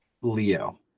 Leo